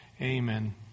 Amen